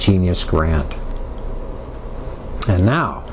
genius grant and now